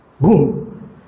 Boom